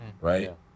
Right